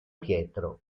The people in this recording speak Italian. pietro